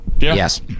yes